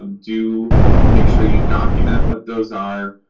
um do make sure you document what those are,